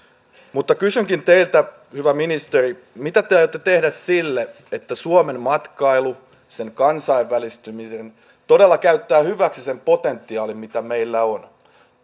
mutta kysynkin teiltä hyvä ministeri mitä te aiotte tehdä sille että suomen matkailu sen kansainvälistymisen todella käyttää hyväksi sen potentiaalin mitä meillä on